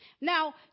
Now